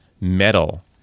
metal